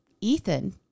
Ethan